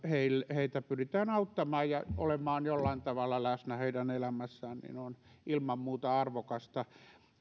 heitä pyritään auttamaan ja olemaan jollain tavalla läsnä heidän elämässään on ilman muuta arvokasta